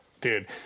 dude